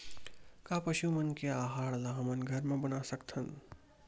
का पशु मन के आहार ला हमन घर मा बना सकथन?